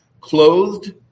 clothed